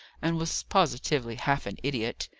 and was positively half an idiot.